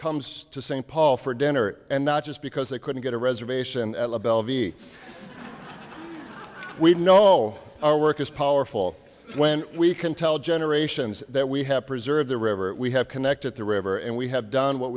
comes to st paul for dinner and not just because they couldn't get a reservation at le bel v we know our work is powerful when we can tell generations that we have preserved the river we have connected the river and we have done what